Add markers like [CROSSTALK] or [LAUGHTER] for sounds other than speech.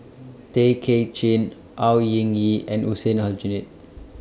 [NOISE] Tay Kay Chin Au Hing Yee and Hussein Aljunied